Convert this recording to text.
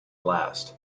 last